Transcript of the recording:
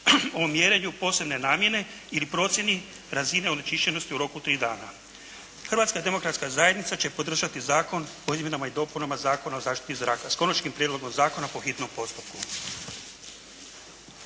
o mjerenju posebne namjene ili procjeni razine onečišćenosti u roku tri dana. Hrvatska demokratska zajednica će podržati Zakon o izmjenama i dopunama Zakona o zaštiti zraka s Konačnim prijedlogom zakona po hitnom postupku.